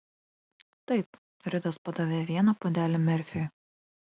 taip ridas padavė vieną puodelį merfiui